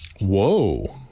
Whoa